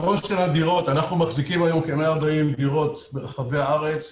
מחזיקים היום כ-140 דירות ברחבי הארץ,